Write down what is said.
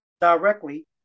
directly